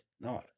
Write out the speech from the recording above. no